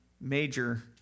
major